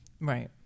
right